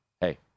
hey